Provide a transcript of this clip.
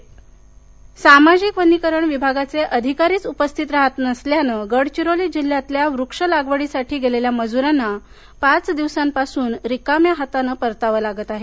वनमजर गडचिरोली सामाजिक वनीकरण विभागाचे अधिकारीच उपस्थित राहत नसल्याने गडविरोली जिल्ह्यातल्या वृक्ष लागवडीसाठी गेलेल्या मजूरांना पाच दिवसांपासून रिकाम्या हातानं परतावं लागत आहे